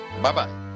Bye-bye